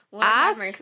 ask